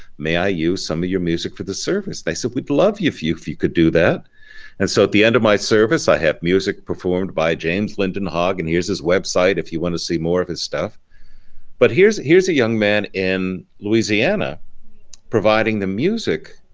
may i use some of your music for the service they said we'd love if you if you could do that and so at the end of my service i have music performed by james linden hogg and here's his website if you want to see more of his stuff but here's here's a young man in louisiana providing the music.